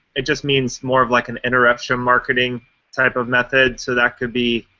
it just means more of like an interruption marketing type of method. so that could be